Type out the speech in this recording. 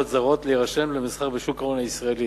זרות להירשם למסחר בשוק ההון הישראלי,